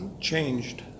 changed